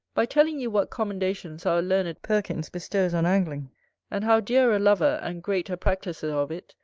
by telling you what commendations our learned perkins bestows on angling and how dear a lover, and great a practiser of it,